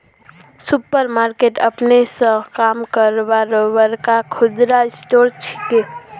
super market अपने स काम करवार बड़का खुदरा स्टोर छिके